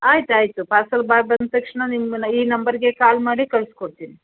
ಆಯ್ತು ಆಯಿತು parcel boy ಬಂದ ತಕ್ಷಣ ನಿಮ್ಮನ್ನು ಈ ನಂಬರಿಗೆ ಕಾಲ್ ಮಾಡಿ ಕಳಿಸ್ಕೊಡ್ತೀನಿ